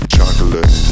Chocolate